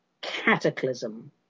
cataclysm